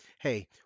Hey